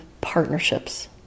partnerships